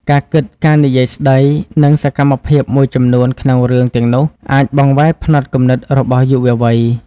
ការគិត ការនិយាយស្តី និងសកម្មភាពមួយចំនួនក្នុងរឿងទាំងនោះអាចបង្វែរផ្នត់គំនិតរបស់យុវវ័យ។